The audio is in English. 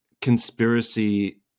conspiracy